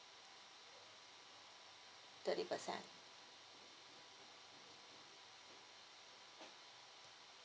thirty percent